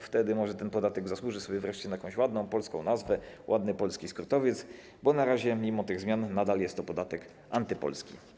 Wtedy może ten podatek zasłuży sobie wreszcie na jakąś ładną polską nazwę, ładny polski skrótowiec, bo na razie mimo tych zmian nadal jest to podatek antypolski.